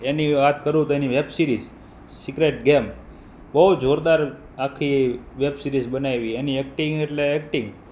એની વાત કરું તો એની વેબ સીરિઝ સિક્રેટ ગેમ બહુ જોરદાર આખી વેબ સીરિઝ બનાવી એની એક્ટિંગ એટલે એક્ટિંગ